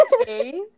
Okay